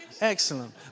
Excellent